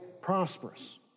prosperous